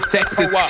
Texas